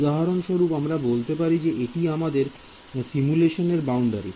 উদাহরণস্বরূপ আমরা বলতে পারি যে এটি আমাদের সিমুলেশন এর বাউন্ডারি